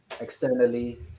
externally